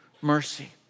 mercy